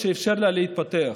שאפשר לה להתפתח,